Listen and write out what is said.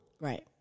Right